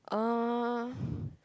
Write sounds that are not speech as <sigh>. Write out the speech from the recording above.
uh <breath>